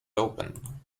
open